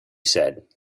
said